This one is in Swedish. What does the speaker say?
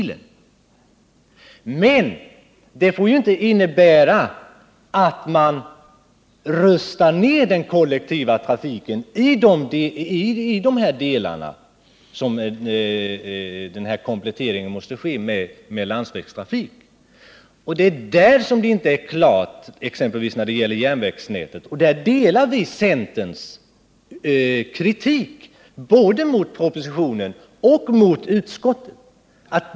Men det förhållandet får ju inte innebära att man rustar ner den kollektiva trafiken inom de områden där en komplettering med landsvägstrafik är nödvändig, Exempelvis när det gäller järnvägsnätet råder det på den här punkten oklarheter, och i det avseendet instämmer vi i centerns kritik både mot propositionen och mot utskottsbetänkandet.